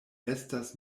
estas